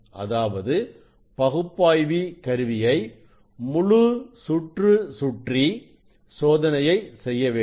அதாவது பகுப்பாய்வி கருவியை முழு சுற்று சுற்றி சோதனையை செய்ய வேண்டும்